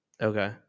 Okay